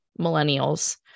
millennials